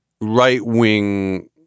right-wing